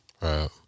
Right